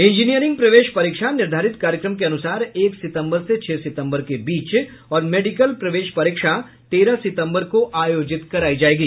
engineering प्रवेश परीक्षा निर्धारित कार्यक्रम के अनुसार एक सितम्बर से छह सितम्बर के बीच और मेडिकल प्रवेश परीक्षा तेरह सितम्बर को आयोजित कराई जायेगी